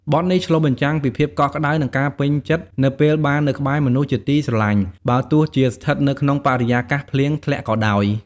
បទនេះឆ្លុះបញ្ចាំងពីភាពកក់ក្តៅ និងការពេញចិត្តនៅពេលបាននៅក្បែរមនុស្សជាទីស្រឡាញ់ បើទោះជាស្ថិតនៅក្នុងបរិយាកាសភ្លៀងធ្លាក់ក៏ដោយ។